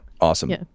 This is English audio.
awesome